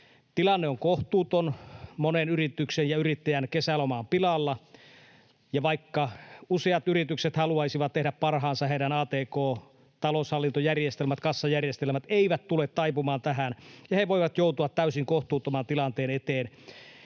Tilanne on kohtuuton. Monen yrityksen ja yrittäjän kesäloma on pilalla. Ja vaikka useat yritykset haluaisivat tehdä parhaansa, heidän atk- ja taloushallintojärjestelmänsä, kassajärjestelmänsä eivät tule taipumaan tähän, ja he voivat joutua täysin kohtuuttoman tilanteen eteen,